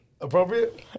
Appropriate